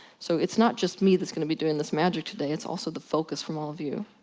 so it's not just me that's gonna be doing this magic today it's also the focus from all of you.